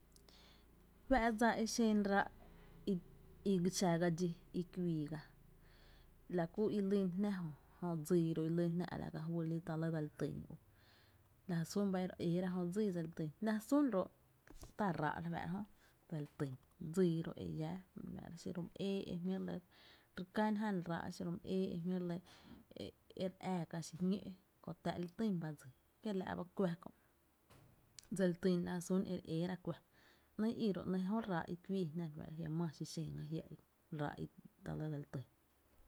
Fá’ dsa e xen ráá’ i i xa ga dxí i kuii gá, la kú i lýn jná jö, jö dsii ro’ i lýn jná a la ka fy i ta lý dseli tyn, lajy sún ba e re éé ra jö dsií ta lɇ dse li tyn la jyn sún to’ tá’ ráá’ dse li tyn, dsii ro’ e llá, xiro’ my éé ro’ e jmíi’ re lɇ re kán jan raa’ xiro’ mý éé’ e jmí’ re lɇ e re ää kä xiñó’ kö táá’ li týn ba dsii, kiela’ ba kuⱥ kö’ dsel tyn la jy sún e re ééra kuⱥ, ‘nɇɇ’ i ni ro ‘nɇɇ’ jö ráá’ i kuii jná re fáá’ra, jiamáá xi xen gá ráá’ i ta lɇ dse tyn.